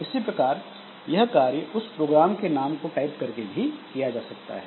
इसी प्रकार यह कार्य उस प्रोग्राम के नाम को टाइप करके भी किया जा सकता है